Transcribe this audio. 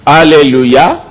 Hallelujah